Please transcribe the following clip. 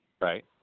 right